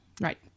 Right